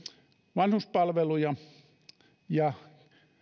vanhuspalveluja ja